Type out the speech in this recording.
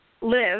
live